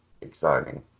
Exciting